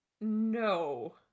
No